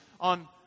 on